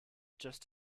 just